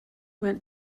went